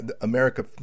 America